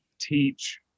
teach